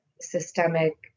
systemic